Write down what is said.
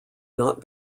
not